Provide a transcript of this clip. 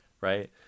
right